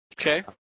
Okay